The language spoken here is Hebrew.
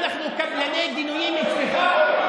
אנחנו קבלני גינויים אצלך?